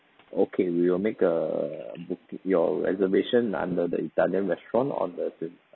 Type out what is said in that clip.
okay we will make a booking your reservation under the italian restaurant on the